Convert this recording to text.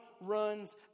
runs